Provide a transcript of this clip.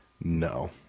No